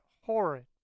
horrid